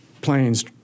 planes